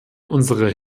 unsere